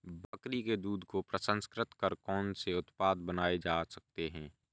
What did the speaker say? बकरी के दूध को प्रसंस्कृत कर कौन से उत्पाद बनाए जा सकते हैं?